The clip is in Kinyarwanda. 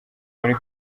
muri